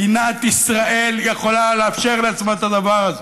מדינת ישראל יכולה לאפשר לעצמה את הדבר הזה.